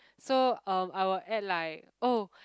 so um I will add like oh